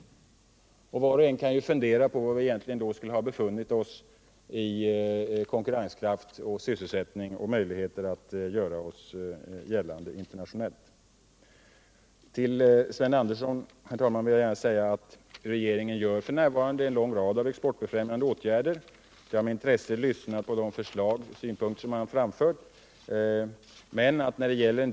Och var och en kan ju fundera över var vi då skulle ha befunnit oss när det gäller konkurrenskraft och sysselsättning samt möjligheterna att göra oss gällande internationellt. Slutligen vill jag säga till Sven Andersson i Örebro att regeringen f. n. vidtar en lång rad exportbefrämjande åtgärder, och jag lyssnade med intresse på de förslag och synpunkter som Sven Andersson där framförde.